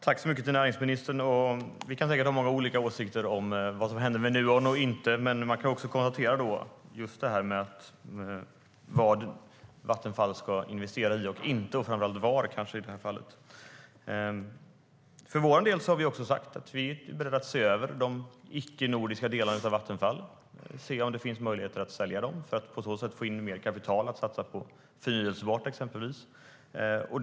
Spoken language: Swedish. Herr talman! Vi kan säkert ha många olika åsikter om vad som händer och inte händer med Nuon. Men jag kan notera vad Vattenfall ska investera i och inte investera i och framför allt var. Vi för vår del har sagt att vi är beredda att se över de icke-nordiska delarna av Vattenfall för att undersöka möjligheterna att sälja dem och på så sätt få in mer kapital som kan satsas på exempelvis förnybart.